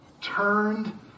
turned